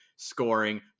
scoring